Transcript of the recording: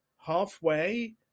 halfway